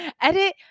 edit